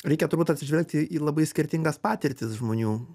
reikia turbūt atsižvelgti į labai skirtingas patirtis žmonių